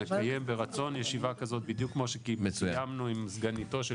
נקיים ברצון ישיבה כזאת בדיוק כמו שקיימנו עם סגניתו של